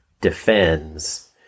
defends